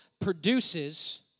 produces